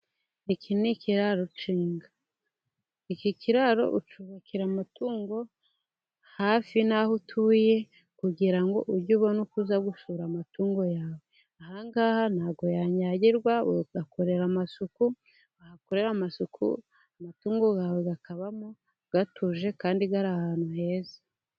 Iki ni ikiraro cy'inka. Iki kiraro ucyubakira amatungo hafi n'aho utuye, kugira ngo ujye ubona uko uza gusura amatungo yawe. Ahangaha nta bwo yanyagirwa, uhakorera amasuku, wahakorera amasuku amatungo yawe akabamo atuje kandi ari ahantu heza.